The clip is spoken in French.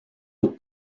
aux